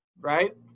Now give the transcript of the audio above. right